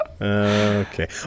Okay